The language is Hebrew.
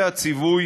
זה הציווי